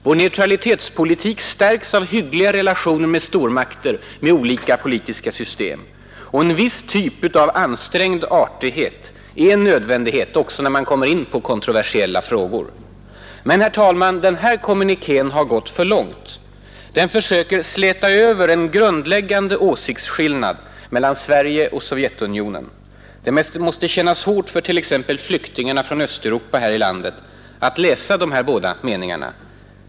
Vår neutralitetspolitik stärks av hyggliga relationer med stormakter med olika politiska system. Och en viss typ av ansträngd artighet är en nödvändighet, också när man kommer in på kontroversiella frågor. Men, herr talman, den här kommunikén har gått för långt. Den försöker släta över en grundläggande åsiktsskillnad mellan Sverige och Sovjetunionen. Det måste kännas hårt för t.ex. flyktingar från Östeuropa här i landet att läsa de båda meningarna i kommunikén.